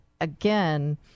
again